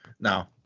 Now